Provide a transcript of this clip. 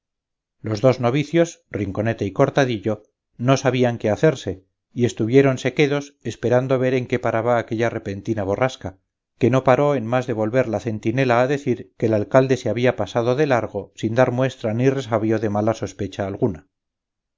los dos novicios rinconete y cortadillo no sabían qué hacerse y estuviéronse quedos esperando ver en qué paraba aquella repentina borrasca que no paró en más de volver la centinela a decir que el alcalde se había pasado de largo sin dar muestra ni resabio de mala sospecha alguna